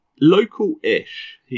local-ish